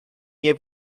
nie